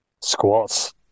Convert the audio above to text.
Squats